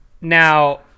Now